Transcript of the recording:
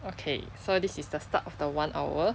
okay so this is the start of the one hour